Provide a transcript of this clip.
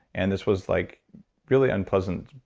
and this was like really unpleasant.